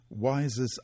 Wises